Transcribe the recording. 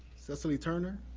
cecily turner?